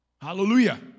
Hallelujah